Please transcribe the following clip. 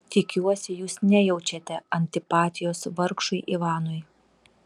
tikiuosi jūs nejaučiate antipatijos vargšui ivanui